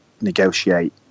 negotiate